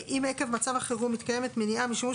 אם עקב מצב החירום מתקיימת מניעה משימוש